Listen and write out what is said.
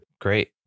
Great